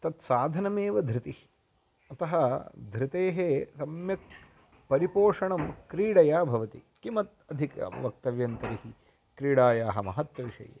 तत् साधनमेव धृतिः अतः धृतेः सम्यक् परिपोषणं क्रीडया भवति किमत् अधिकं वक्तव्यं तर्हि क्रीडायाः महत्त्वविषये